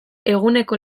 eguneko